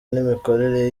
n’imikorere